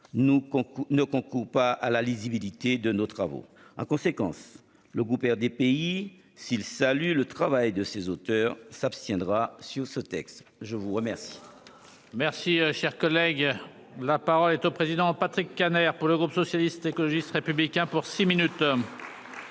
ne concourent pas à la lisibilité de nos travaux. En conséquence, le groupe RDPI s'il salue le travail de ses auteurs s'abstiendra sur ce texte. Je vous remercie.